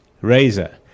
razor